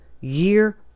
year